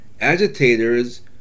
agitators